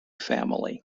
family